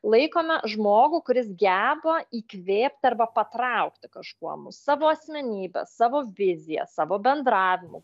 laikome žmogų kuris geba įkvėpt arba patraukti kažkuo mus savo asmenybe savo vizija savo bendravimu